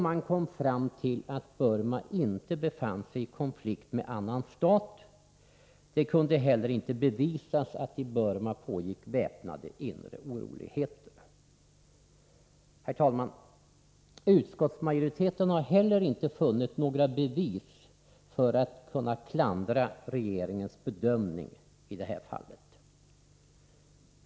Man kom fram till att Burma inte befann sig i konflikt med annan stat, och det kunde heller inte bevisas att i Burma pågick väpnade inre oroligheter. Herr talman! Utskottsmajoriteten har heller inte funnit några bevis för att klandra regeringens bedömning i detta fall.